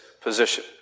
position